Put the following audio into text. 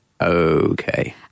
Okay